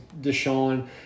Deshaun